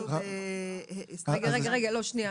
הוא צריך להיות כמו ADI. הוא לא יכול להיות גם ארגון שמכשיר.